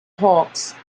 hawks